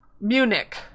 Munich